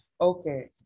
Okay